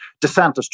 DeSantis